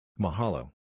Mahalo